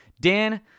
Dan